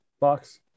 box